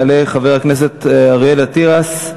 יעלה חבר הכנסת אריאל אטיאס,